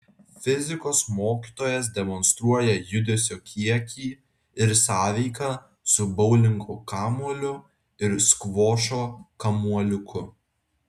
fizikos mokytojas demonstruoja judesio kiekį ir sąveiką su boulingo kamuoliu ir skvošo kamuoliuku